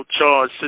charge